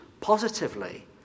positively